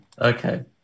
Okay